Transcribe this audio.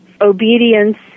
obedience